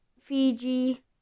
Fiji